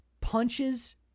punches